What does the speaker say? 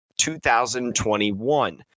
2021